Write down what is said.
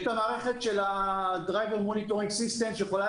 יש את המערכת של ה-driver monitor existence שיכולה